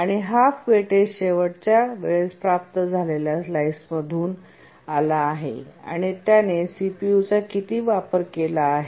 आणि half weightage शेवटच्या वेळेस प्राप्त झालेल्या स्लाइसमधून आला आहे आणि त्याने सीपीयूचा किती वापर केला आहे